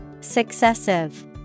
Successive